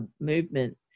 movement